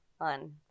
on